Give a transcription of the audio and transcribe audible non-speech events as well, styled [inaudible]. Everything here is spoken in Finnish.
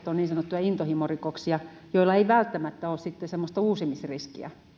[unintelligible] on niin sanottuja intohimorikoksia joilla ei välttämättä ole semmoista uusimisriskiä